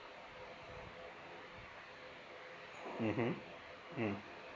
mmhmm mm